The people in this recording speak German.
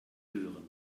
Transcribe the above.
hören